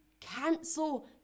cancel